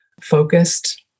Focused